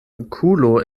okulo